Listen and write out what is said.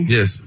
Yes